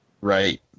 Right